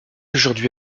aujourd’hui